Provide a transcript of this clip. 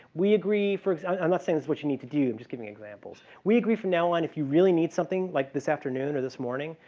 we agree, for and example but you need to do. i'm just giving you examples. we agree from now on, if you really need something like this afternoon or this morning,